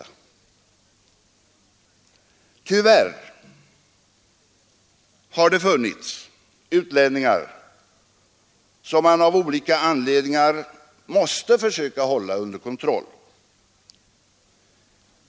Men tyvärr har där funnits utlänningar som man av olika anledningar måste försöka hålla under kontroll.